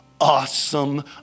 awesome